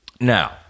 Now